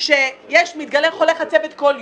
כי מתגלה חולה חצבת כל יום.